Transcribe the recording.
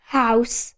house